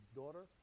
daughter